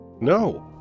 No